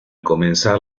comenzar